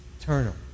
eternal